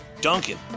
Duncan